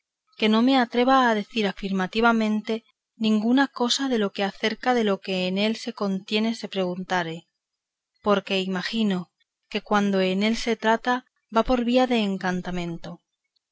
que no me atreva a decir afirmativamente ninguna cosa de lo que acerca de lo que en él se contiene se preguntare porque imagino que cuanto en él se trata va por vía de encantamento